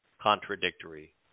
contradictory